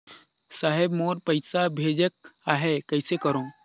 साहेब मोर पइसा भेजेक आहे, कइसे करो?